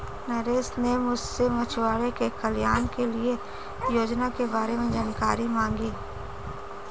नरेश ने मुझसे मछुआरों के कल्याण के लिए योजना के बारे में जानकारी मांगी